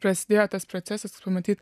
prasidėjo tas procesas matyt